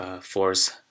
force